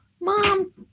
Mom